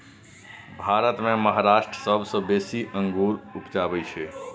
भारत मे महाराष्ट्र सबसँ बेसी अंगुर उपजाबै छै